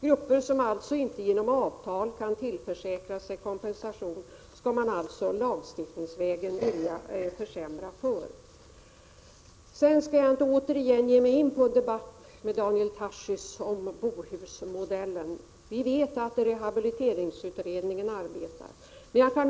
Grupper som inte genom avtal kan tillförsäkra sig kompensation skall lagstiftningsvägen få försämringar. Jag skall inte på nytt ge mig in i en debatt med Daniel Tarschys om Bohusmodellen. Vi vet att rehabiliteringsberedningen arbetar med dessa frågor.